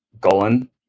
Golan